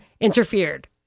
interfered